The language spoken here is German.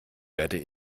werde